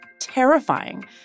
terrifying